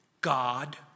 God